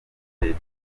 leta